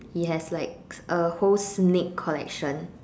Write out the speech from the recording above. he has like a whole snake collection